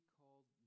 called